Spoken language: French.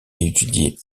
étudié